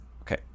Okay